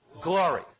Glory